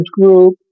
group